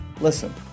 Listen